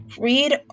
read